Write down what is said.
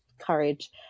courage